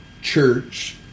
church